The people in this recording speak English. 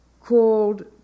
called